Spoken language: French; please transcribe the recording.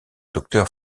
docteur